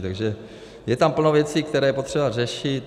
Takže je tam plno věcí, které je potřeba řešit.